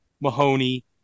Mahoney